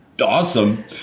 Awesome